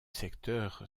secteur